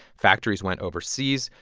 factories went overseas.